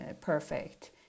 perfect